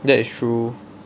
that is true